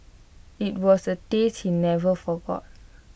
IT was A taste he never forgot